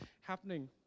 happening